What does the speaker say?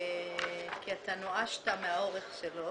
נאה דורש,